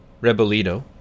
Rebolito